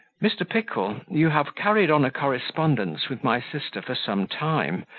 mr. pickle, you have carried on a correspondence with my sister for some time,